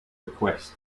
request